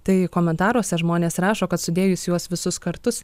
tai komentaruose žmonės rašo kad sudėjus juos visus kartus